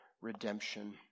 redemption